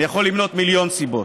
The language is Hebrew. אני יכול למנות מיליון סיבות,